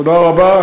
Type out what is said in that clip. תודה רבה.